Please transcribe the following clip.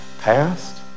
past